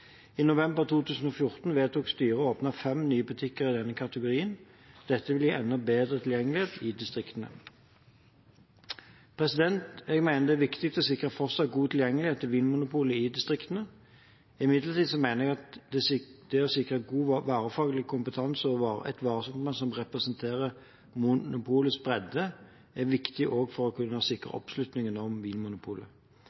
I november 2014 vedtok styret å åpne fem nye butikker i denne kategorien. Dette vil gi enda bedre tilgjengelighet i distriktene. Jeg mener det er viktig å sikre fortsatt god tilgjengelighet til Vinmonopolet i distriktene. Imidlertid mener jeg at å sikre god varefaglig kompetanse og et varesortiment som representerer monopolets bredde, er viktig for å sikre oppslutning om Vinmonopolet.